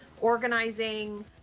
organizing